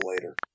later